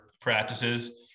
practices